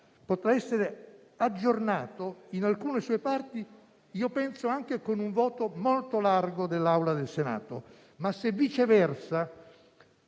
potrà essere aggiornato in alcune sue parti - penso - anche con un voto molto largo dell'Assemblea del Senato. Se, viceversa,